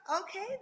Okay